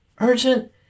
urgent